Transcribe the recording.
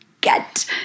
get